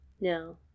No